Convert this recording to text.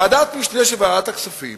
ועדת משנה של ועדת הכספים